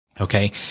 Okay